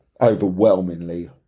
overwhelmingly